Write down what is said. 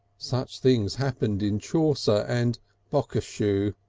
such things happened in chaucer and bocashiew,